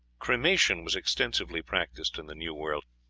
cremation was extensively practised in the new world.